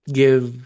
give